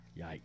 Yikes